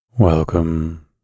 Welcome